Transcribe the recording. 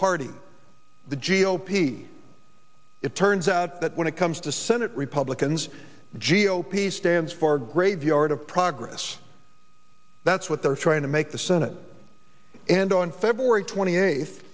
party the g o p it turns out that when it comes to senate republicans g o p stands for graveyard of progress that's what they're trying to make the senate and on february twenty eighth